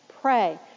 pray